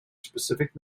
specific